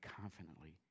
confidently